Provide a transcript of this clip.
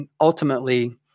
ultimately